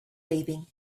leaving